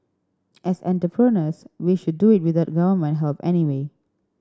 as entrepreneurs we should do it without Government help anyway